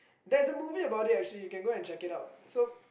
there's a movie about it actually you can go and check it out so